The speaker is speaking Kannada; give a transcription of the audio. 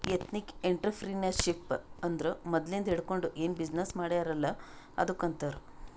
ಎಥ್ನಿಕ್ ಎಂಟ್ರರ್ಪ್ರಿನರ್ಶಿಪ್ ಅಂದುರ್ ಮದ್ಲಿಂದ್ ಹಿಡ್ಕೊಂಡ್ ಏನ್ ಬಿಸಿನ್ನೆಸ್ ಮಾಡ್ಯಾರ್ ಅಲ್ಲ ಅದ್ದುಕ್ ಆಂತಾರ್